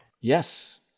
Yes